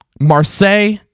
Marseille